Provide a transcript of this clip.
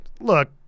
look